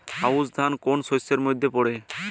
আউশ ধান কোন শস্যের মধ্যে পড়ে?